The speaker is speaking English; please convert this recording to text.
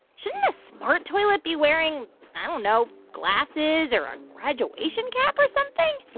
shouldn't a smart toilet be wearing i don't know glasses or a graduation cap or something?